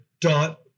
dot